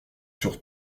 sur